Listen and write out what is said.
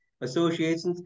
associations